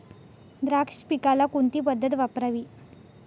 द्राक्ष पिकाला कोणती पद्धत वापरावी?